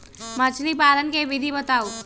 मछली पालन के विधि बताऊँ?